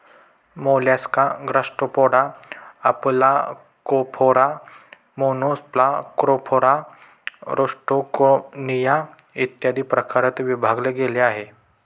Mollusca Gastropoda, Aplacophora, Monoplacophora, Rostroconchia, इत्यादी प्रकारात विभागले गेले आहे